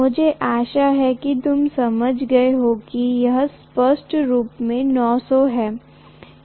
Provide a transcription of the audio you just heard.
मुझे आशा है की तुम समझ गए होगे की यह स्पष्ट रूप से 900 है